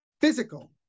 Physical